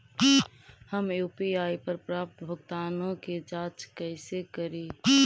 हम यु.पी.आई पर प्राप्त भुगतानों के जांच कैसे करी?